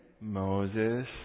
Moses